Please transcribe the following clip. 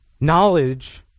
knowledge